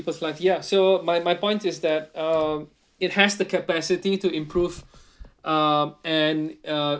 people's life ya so my my point is that um it has the capacity to improve uh and uh